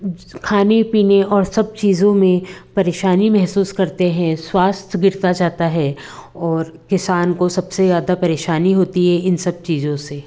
खाने पीने और सब चीज़ों में परेशानी महसूस करते हैं स्वास्थ्य गिरता जाता है और किसान को सबसे ज़्यादा परेशानी होती है इन सब चीज़ों से